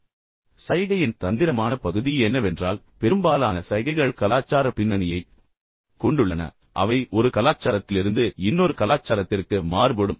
ஆனால் சைகையின் தந்திரமான பகுதி என்னவென்றால் பெரும்பாலான சைகைகள் கலாச்சார பின்னணியைக் கொண்டுள்ளன அதாவது அவை ஒரு கலாச்சாரத்திலிருந்து இன்னொரு கலாச்சாரத்திற்கு மாறுபடும்